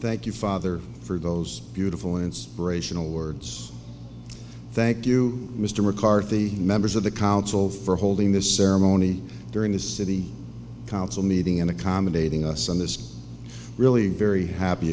thank you father for those beautiful inspirational words thank you mr mccarthy members of the council for holding this ceremony during the city council meeting and accommodating us on this really very happy